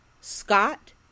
Scott